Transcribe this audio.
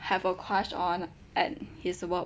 have a crush on at his work